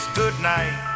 goodnight